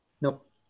Nope